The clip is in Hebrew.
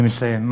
אני מסיים.